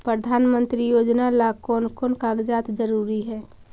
प्रधानमंत्री योजना ला कोन कोन कागजात जरूरी है?